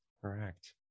Correct